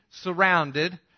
surrounded